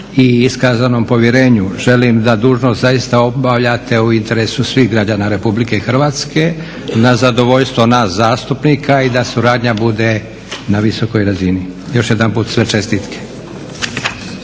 i iskazanom povjerenju. Želim da dužnost zaista obavljate u interesu svih građana Republike Hrvatske na zadovoljstvo nas zastupnika i da suradnja bude na visokoj razini. Još jedanput sve čestitke.